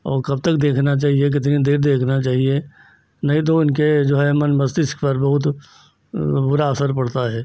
और कब तक देखना चाहिए कितनी देर देखना चाहिए नहीं तो इनके जो है मन मस्तिष्क पर बहुत बुरा असर पड़ता है